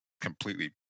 completely